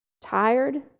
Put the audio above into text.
Tired